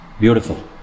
beautiful